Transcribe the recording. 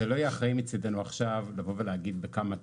זה לא יהיה אחראי מצידנו עכשיו לבוא ולהגיד בכמה תעלה,